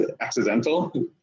accidental